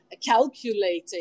calculating